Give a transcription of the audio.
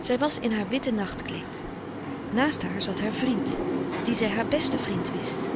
zij was in haar witte nachtkleed naast haar zat haar vriend dien zij haar besten vriend wist